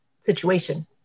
situation